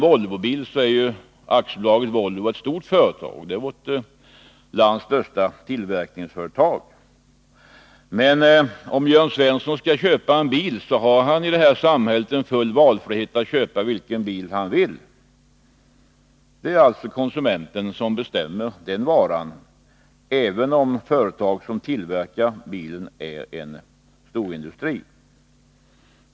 Volvo är t.ex. vårt lands största tillverkningsföretag. Men om Jörn Svensson skall köpa en bil har han i detta samhälle full valfrihet att köpa vilken bil han vill. Det är alltså konsumenten som bestämmer varan, även om det företag som tillverkar bilen är en storindustri.